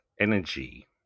Energy